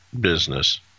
business